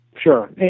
Sure